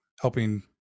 helping